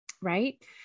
right